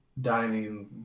dining